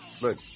Look